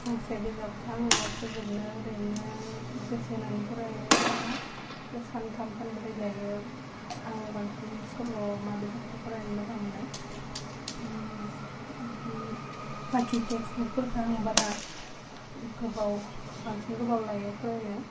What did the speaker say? गांसे बिजाबखौ आङो फोजोबनो ओरैनो गोसो होनानै फरायोबा सान्थाम सानब्रै लायो आं बांसिन स्कुलाव माबे बिजाबखौ फरायनो मोजां मोनो बि बाखि टेक्स्टबुकफोरखौ आं बारा गोबाव बांसिन गोबाव लायो फरायनो